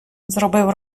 зробив